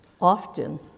often